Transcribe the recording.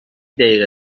دقیقه